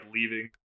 leaving